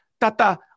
Tata